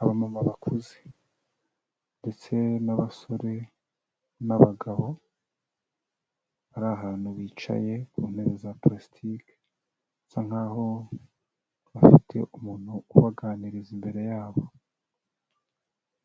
Abamama bakuze, ndetse n'abasore, n'abagabo, bari ahantu bicaye ku ntebe za parasitike, basa nkaho bafite umuntu ubaganiriza imbere yabo,